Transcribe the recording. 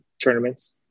tournaments